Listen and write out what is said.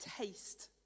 taste